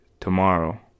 Tomorrow